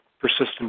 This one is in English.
persistent